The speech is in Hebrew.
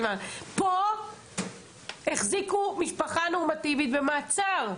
פה החזיקו משפחה נורמטיבית במעצר.